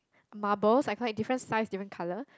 marble I saw it different size different colour